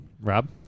Rob